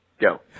Go